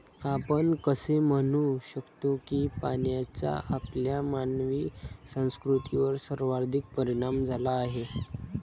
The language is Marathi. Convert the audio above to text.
आपण असे म्हणू शकतो की पाण्याचा आपल्या मानवी संस्कृतीवर सर्वाधिक परिणाम झाला आहे